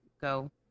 go